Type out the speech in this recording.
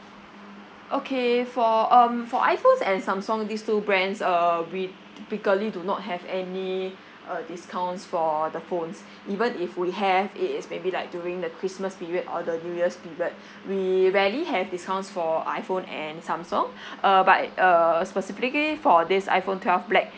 okay for um for iphones and samsung these two brands uh we typically do not have any uh discounts for the phones even if we have it is maybe like during the christmas period or the new year's period we rarely have discounts for iphone and samsung uh but uh specifically for this iphone twelve black